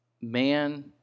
man